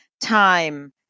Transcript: time